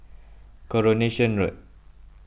Coronation Road